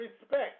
respect